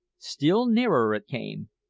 still nearer it came,